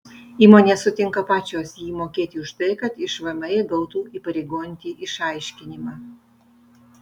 įmonės sutinka pačios jį mokėti už tai kad iš vmi gautų įpareigojantį išaiškinimą